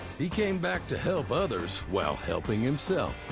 he came back to help others while helping himself.